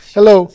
Hello